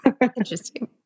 Interesting